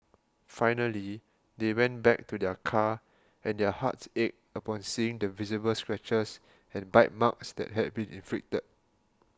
finally they went back to their car and their hearts ached upon seeing the visible scratches and bite marks that had been inflicted